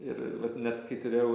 ir vat net kai turėjau